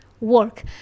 work